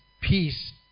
peace